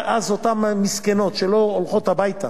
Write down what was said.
אז אותן מסכנות, שלא הולכת הביתה